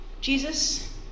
Jesus